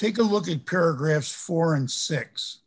take a look at paragraph four and six